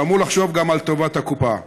שאמור לחשוב גם על טובת הקופה?